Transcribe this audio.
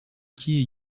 gihe